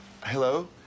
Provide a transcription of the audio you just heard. Hello